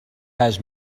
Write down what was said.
has